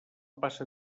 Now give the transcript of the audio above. passa